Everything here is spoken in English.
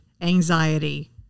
anxiety